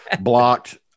Blocked